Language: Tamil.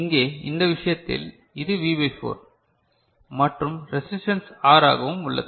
இங்கே இந்த விஷயத்தில் இது V பை 4 மற்றும் ரெசிஸ்டன்ஸ் ஆர் ஆகவும் உள்ளது